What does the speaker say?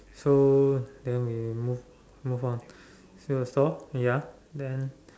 so then we move move on to solve ya then